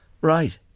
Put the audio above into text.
Right